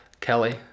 Kelly